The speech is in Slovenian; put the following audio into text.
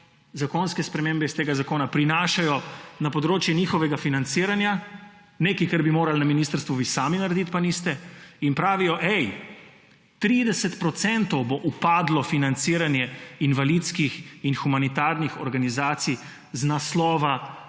zakonske spremembe iz tega zakona prinašajo na področju njihovega financiranja, nekaj, kar bi morali na ministrstvu vi sami narediti, pa niste. In pravijo: »Ej, za 30 % bo upadlo financiranje invalidskih in humanitarnih organizacij iz naslova